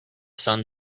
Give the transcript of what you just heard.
sun